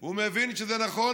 הוא מבין שזה נכון,